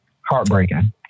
Heartbreaking